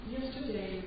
Yesterday